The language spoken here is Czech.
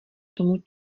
tomu